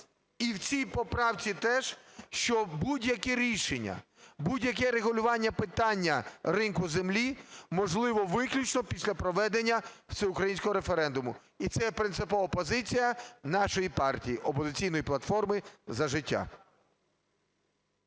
і в цій поправці теж, що будь-яке рішення, будь-яке регулювання питання ринку землі можливо виключно після проведення всеукраїнського референдуму. І це є принципова позиція нашої партії, "Опозиційної платформи – За життя".